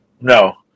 no